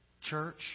Church